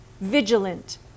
vigilant